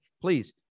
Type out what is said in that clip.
please